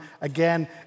again